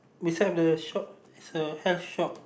inside the shop is a health shop